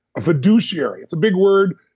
a fiduciary, it's a big word,